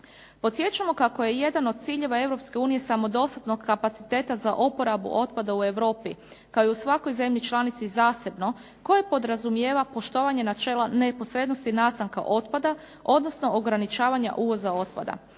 Podsjećamo kako je jedan od ciljeva Europske unije samodostatnog kapaciteta za oporabu otpada u Europi, kao i u svakoj zemlji članici zasebno, koje podrazumijeva poštovanje načela neposrednosti nastanka otpada odnosno ograničavanja uvoza otpada.